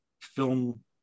film